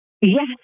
Yes